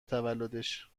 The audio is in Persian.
تولدش